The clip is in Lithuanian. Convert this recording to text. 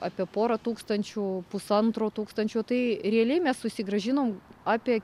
apie porą tūkstančių pusantro tūkstančio tai realiai mes susigrąžinom apie